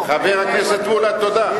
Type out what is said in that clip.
חבר הכנסת מולה, תודה.